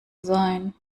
sein